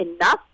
enough